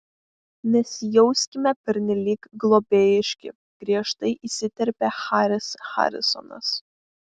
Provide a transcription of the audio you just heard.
nesijauskime pernelyg globėjiški griežtai įsiterpė haris harisonas